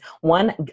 one